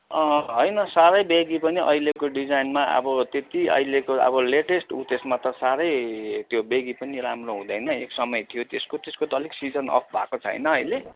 अँ होइन साह्रै ब्यागी पनि अहिलेको डिजाइनमा अब त्यति अहिलेको अब लेटेस्ट ऊ त्यसमा त साह्रै त्यो ब्यागी पनि राम्रो हुँदैन एक समय थियो त्यसको त्यसको त अलिक सिजन अफ भएको छ होइन अहिले